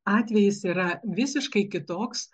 atvejis yra visiškai kitoks